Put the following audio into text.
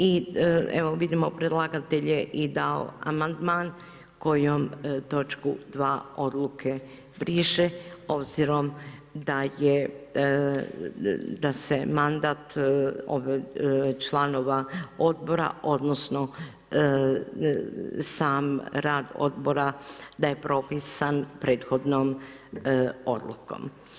I evo vidimo predlagatelj je i dao amandman kojom točku 2. odluke briše obzirom da je, da se mandat članova odbora odnosno sam rad odbora da je propisan prethodnom odlukom.